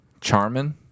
Charmin